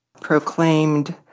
proclaimed